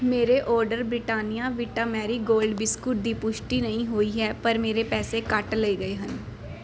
ਮੇਰੇ order Britannia Vita Marie Gold biscuit ਦੀ ਪੁਸ਼ਟੀ ਨਹੀਂ ਹੋਈ ਹੈ ਪਰ ਮੇਰੇ ਪੈਸੇ ਕੱਟ ਲਏ ਗਏ ਹਨ